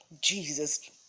Jesus